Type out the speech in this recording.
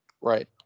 right